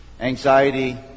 anxiety